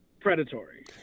predatory